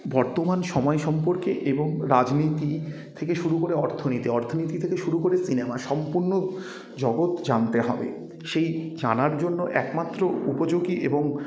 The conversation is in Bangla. বর্তমান সময় সম্পর্কে এবং রাজনীতি থেকে শুরু করে অর্থনীতি অর্থনীতি থেকে শুরু করে সিনেমা সম্পূর্ণ জগৎ জানতে হবে সেই জানার জন্য একমাত্র উপযোগী এবং